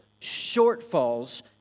shortfalls